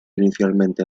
inicialmente